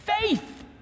faith